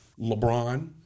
LeBron